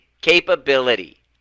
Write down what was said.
capability